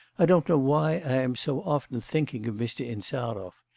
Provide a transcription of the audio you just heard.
i don't know why i am so often thinking of mr. insarov.